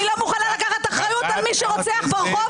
אני לא מוכנה לקחת אחריות על מי שרוצח ברחוב,